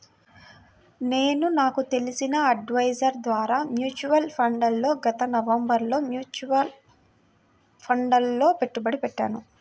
నేను నాకు తెలిసిన అడ్వైజర్ ద్వారా మ్యూచువల్ ఫండ్లలో గత నవంబరులో మ్యూచువల్ ఫండ్లలలో పెట్టుబడి పెట్టాను